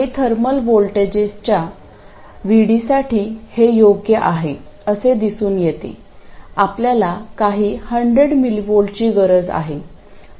काही थर्मल व्होल्टेजच्या VD साठी हे योग्य आहे असे दिसून येते आपल्याला काही 100mV ची गरज आहे